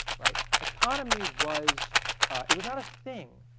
right? economy was it was not a thing,